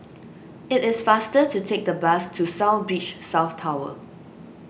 it is faster to take the bus to South Beach South Tower